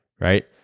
right